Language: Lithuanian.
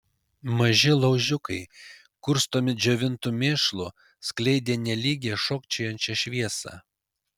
maži laužiukai kurstomi džiovintu mėšlu skleidė nelygią šokčiojančią šviesą